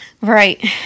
Right